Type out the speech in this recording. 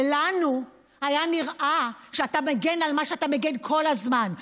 ולנו היה נראה שאתה מגן על מה שאתה מגן כל הזמן,